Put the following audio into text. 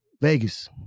Vegas